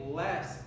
less